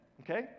okay